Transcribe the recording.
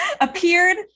appeared